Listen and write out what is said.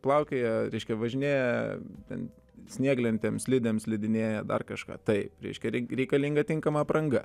plaukioja reiškia važinėja ten snieglentėm slidėm slidinėja dar kažką taip reiškia reikalinga tinkama apranga